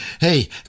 Hey